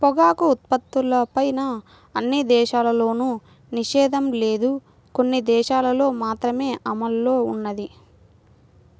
పొగాకు ఉత్పత్తులపైన అన్ని దేశాల్లోనూ నిషేధం లేదు, కొన్ని దేశాలల్లో మాత్రమే అమల్లో ఉన్నది